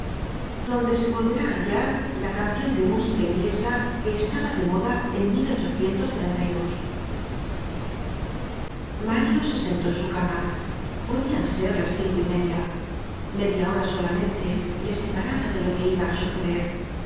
donde se volverá á hallar la cancion de músiga inglesa que estaba de moda en mario se sentó en su cama podian ser las cinco y media media hora solamente le separaba de lo que iba á suceder